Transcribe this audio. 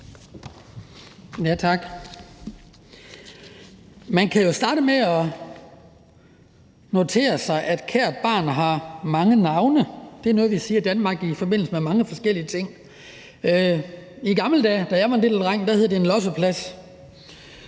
Tak. Man kan jo starte med at notere sig, at kært barn har mange navne. Det er noget, vi siger i Danmark i forbindelse med mange forskellige ting. I gamle dage, da jeg var en lille dreng, hed det en losseplads.